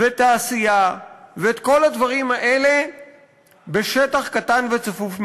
ותעשייה, ואת כל הדברים האלה בשטח קטן וצפוף מאוד.